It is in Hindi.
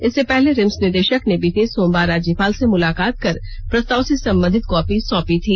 इससे पहले रिम्स निदेषक ने बीते सोमवार राज्यपाल से मुलाकात कर प्रस्ताव से संबंधित कॉपी सौंपी थी